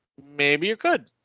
maybe you could.